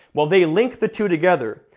well they link the two together,